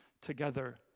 together